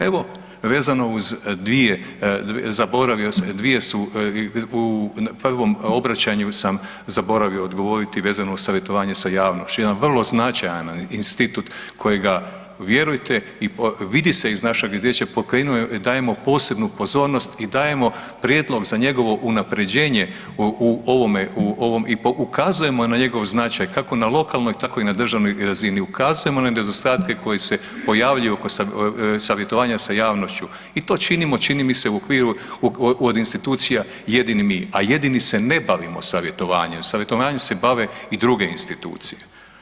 Evo vezano uz dvije, zaboravio sam, dvije su, u prvom obraćanju sam zaboravio odgovorio vezano uz savjetovanje sa javnošću, jedan vrlo značajan institut kojega vjerujte, i vidi se iz našega izvješća, pokrenuo je, dajemo posebnu pozornost i dajemo prijedlog za njegovo unaprjeđenje u ovom i ukazujemo na njegov značaj, kako na lokalnoj tako i na državnoj razini, ukazujemo na nedostatke koji se pojavljuju kroz savjetovanja s javnošću i to činimo, čini mi se u okviru od institucija, jedini mi a jedini se ne bavimo savjetovanjem, savjetovanjem se bave druge institucije.